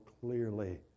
clearly